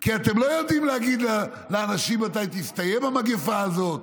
כי אתם לא יודעים להגיד לאנשים מתי תסתיים המגפה הזאת,